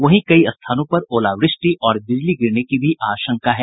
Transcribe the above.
वहीं कई स्थानों पर ओलावृष्टि और बिजली गिरने की भी आशंका है